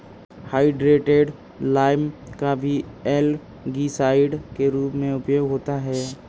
hydrated lime का भी algicide के रूप में उपयोग होता है